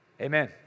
Amen